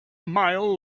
mile